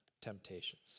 temptations